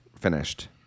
finished